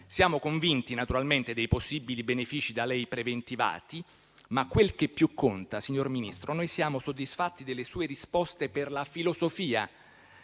Siamo convinti dei possibili benefici da lei preventivati, ma quel che più conta, signor Ministro, è che noi siamo soddisfatti delle sue risposte per la filosofia